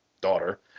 daughter